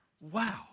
wow